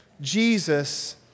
Jesus